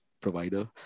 provider